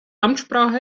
amtssprache